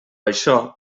això